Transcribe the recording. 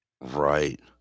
right